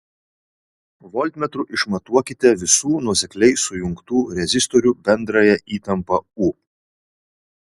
voltmetru išmatuokite visų nuosekliai sujungtų rezistorių bendrąją įtampą u